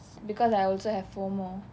because I also have F_O_M_O